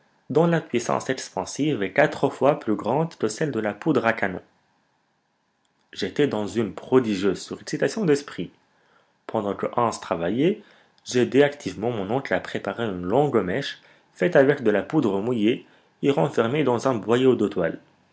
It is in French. dont la puissance expansive est quatre fois plus grande que celle de la poudre à canon j'étais dans une prodigieuse surexcitation d'esprit pendant que hans travaillait j'aidai activement mon oncle à préparer une longue mèche faite avec de la poudre mouillée et renfermée dans un boyau